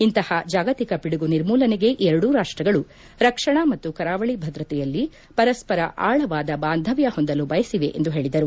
ಇಂತಹ ಜಾಗತಿಕ ಪಿಡುಗು ನಿರ್ಮೂಲನೆಗೆ ಎರಡೂ ರಾಷ್ಟಗಳು ರಕ್ಷಣಾ ಮತ್ತು ಕರಾವಳಿ ಭದ್ರತೆಯಲ್ಲಿ ಪರಸ್ಪರ ಆಳವಾದ ಬಾಂಧವ್ಯ ಹೊಂದಲು ಬಯಸಿವೆ ಎಂದು ಹೇಳಿದರು